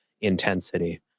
intensity